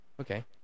Okay